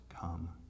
come